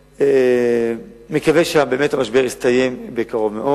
אני מקווה שהמשבר באמת יסתיים בקרוב מאוד.